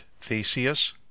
theseus